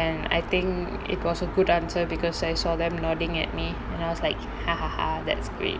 and I think it was a good answer because I saw them nodding at me and I was like ha ha ha that's great